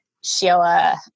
Sheila